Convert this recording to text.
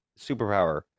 superpower